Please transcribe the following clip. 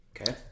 Okay